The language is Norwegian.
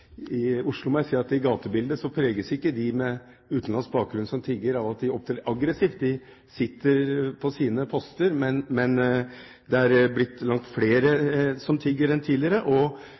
Oslo preges ikke gatebildet av at de med utenlandsk bakgrunn som tigger, opptrer aggressivt. De sitter på sine poster, men det har blitt langt flere som tigger nå enn tidligere.